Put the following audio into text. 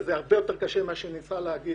הרבה יותר קשה ממה שניסה לתאר